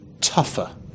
tougher